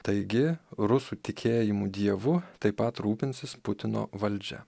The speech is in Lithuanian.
taigi rusų tikėjimu dievu taip pat rūpinsis putino valdžia